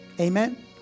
Amen